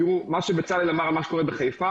מה שבצלאל אמר על מה שקורה בחיפה,